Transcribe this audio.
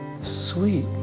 Sweet